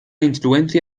influencia